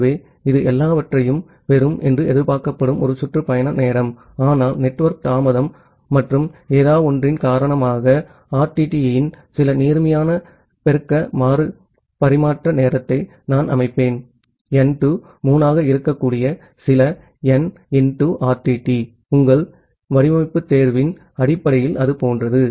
ஆகவே இது எல்லாவற்றையும் பெறும் என்று எதிர்பார்க்கப்படும் ஒரு சுற்று பயண நேரம் ஆனால் நெட்வொர்க் தாமதம் மற்றும் ஏதோவொன்றின் காரணமாக ஆர்டிடியின் சில நேர்மறையான பெருக்கங்களுக்கு மறு பரிமாற்ற நேரத்தை நான் அமைப்பேன் அது N 2 3 ஆக இருக்கக்கூடிய சில n x RTT உங்கள் வடிவமைப்பு தேர்வின் அடிப்படையில் அது போன்றது